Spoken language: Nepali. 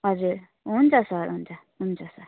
हजुर हुन्छ सर हुन्छ हुन्छ सर